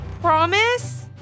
Promise